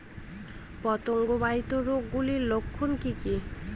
পতঙ্গ বাহিত রোগ গুলির লক্ষণ কি কি?